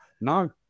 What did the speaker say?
no